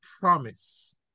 promise